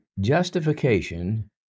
Justification